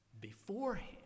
beforehand